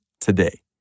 today